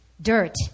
dirt